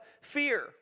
fear